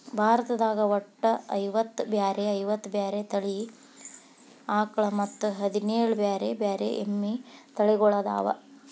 ಭಾರತದಾಗ ಒಟ್ಟ ಐವತ್ತ ಬ್ಯಾರೆ ಬ್ಯಾರೆ ತಳಿ ಆಕಳ ಮತ್ತ್ ಹದಿನೇಳ್ ಬ್ಯಾರೆ ಬ್ಯಾರೆ ಎಮ್ಮಿ ತಳಿಗೊಳ್ಅದಾವ